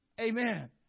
Amen